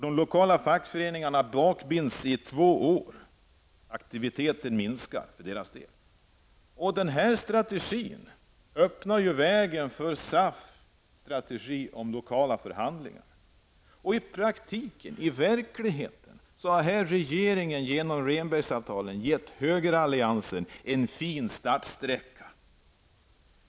De lokala fackföreningarna bakbinds i två år. Aktiviteten minskar för deras del. Det här öppnar vägen för SAFs strategi beträffande lokala förhandlingar. I verkligheten har regeringen genom Rehnbergavtalen gett högeralliansen en fin startsträcka.